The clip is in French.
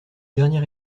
dernier